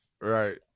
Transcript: Right